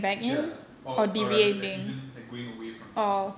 ya or or rather even like going away from dance